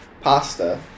pasta